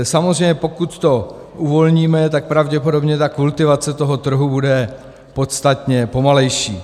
Samozřejmě pokud to uvolníme, tak pravděpodobně kultivace trhu bude podstatně pomalejší.